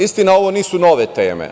Istina, ovo nisu nove teme.